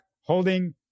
holding